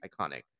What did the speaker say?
iconic